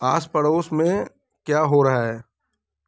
आस पड़ोस में क्या हो रहा है